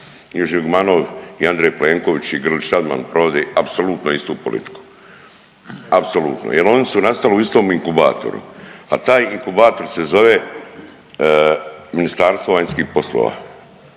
i Žigmanov i Andrej Plenković i Grlić Radman provode apsolutno istu politiku. Apsolutno. Jer oni su nastali u istom inkubatoru, a taj inkubator se zove Ministarstvo vanjskih poslova.